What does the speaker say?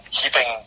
keeping